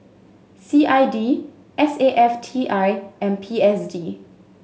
C I D S A F T I and P S D